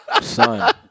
Son